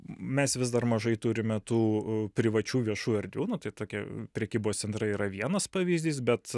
mes vis dar mažai turime tų privačių viešų erdvių nu tai tokie prekybos centrai yra vienas pavyzdys bet